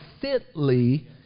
fitly